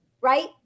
right